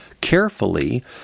carefully